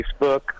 Facebook